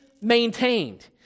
maintained